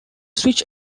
switch